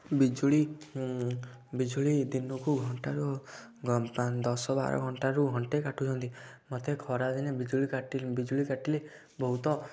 ବିଜୁଳି ବିଜୁଳି ଦିନକୁ ଘଣ୍ଟାର ଦଶ ବାର ଘଣ୍ଟାରୁ ଘଣ୍ଟେ କାଟୁଛନ୍ତି ମୋତେ ଖରାଦିନେ ବିଜୁଳି କାଟି ବିଜୁଳି କାଟିଲେ ବହୁତ